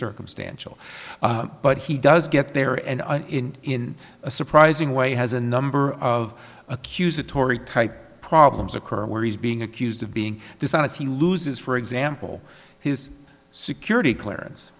circumstantial but he does get there and in a surprising way has a number of accusatory type problems occur where he's being accused of being dishonest he loses for example his security clearance